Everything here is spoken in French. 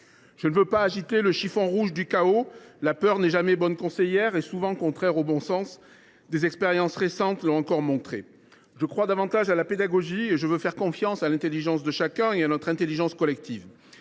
Je ne veux pas agiter le chiffon rouge du chaos : la peur n’est jamais bonne conseillère et elle est souvent contraire au bon sens, des expériences récentes l’ont encore montré. Je crois davantage à la pédagogie et je veux faire confiance à l’intelligence de chacun, ainsi qu’à notre intelligence collective.